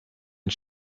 une